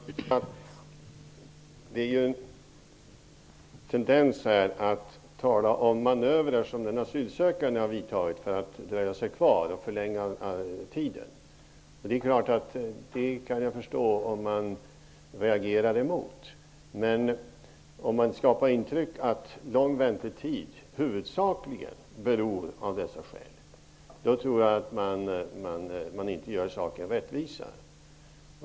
Herr talman! Det är en tendens här att tala om manövrar som den asylsökande har vidtagit för dröja sig kvar och förlänga väntetiden. Jag kan förstå att man reagerar mot det. Men om man vill skapa intrycket att väntetiden är lång huvudsakligen av dessa skäl, då tror jag att man inte gör saken rättvisa.